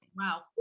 Wow